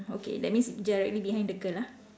okay that's means directly behind the girl ah